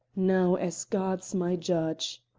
now, as god's my judge